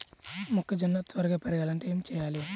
మొక్కజోన్న త్వరగా పెరగాలంటే ఏమి చెయ్యాలి?